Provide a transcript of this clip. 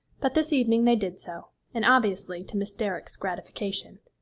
but this evening they did so, and obviously to miss derrick's gratification.